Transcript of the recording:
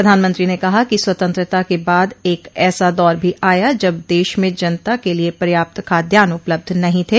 प्रधानमंत्री ने कहा कि स्वतंत्रता के बाद एक ऐसा दौर भी आया जब देश में जनता के लिए पर्याप्त खाद्यान्न उपलब्ध नहीं थे